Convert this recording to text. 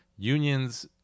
Unions